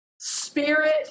spirit